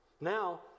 Now